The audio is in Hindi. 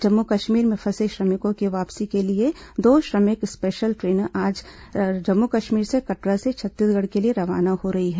जम्मू कश्मीर में फंसे श्रमिकों की वापसी के लिए दो श्रमिक स्पेशल ट्रेनें आज जम्मू कश्मीर के कटरा से छत्तीसगढ़ के लिए रवाना हो रही हैं